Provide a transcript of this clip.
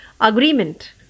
agreement